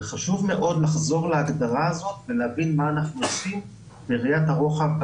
חשוב מאוד לחזור להגדרה הזאת ולהבין מה אנחנו עושים בראיית הרוחב,